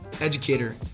educator